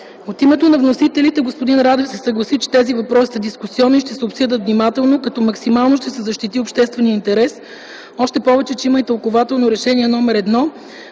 От името на вносителите господин Радев се съгласи, че тези въпроси са дискусионни и ще се обсъдят внимателно, като максимално ще се защити обществения интерес, още повече, че има и Тълкувателно решение №1 от